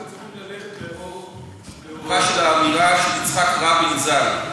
אנחנו צריכים ללכת לאורה של האמירה של יצחק רבין ז"ל,